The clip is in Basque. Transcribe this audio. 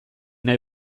nahi